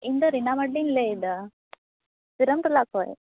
ᱤᱧᱫᱚ ᱨᱤᱱᱟ ᱢᱟᱨᱰᱤᱧ ᱞᱟ ᱭᱮᱫᱟ ᱵᱤᱨᱟᱢᱴᱚᱞᱟ ᱠᱷᱚᱱ